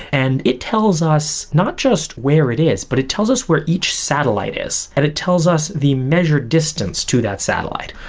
and it tells us not just where it is, but it tells us where each satellite is, and it tells us the measured distance to that satellite.